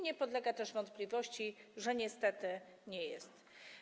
Nie podlega też wątpliwości, że niestety tak nie jest.